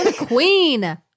queen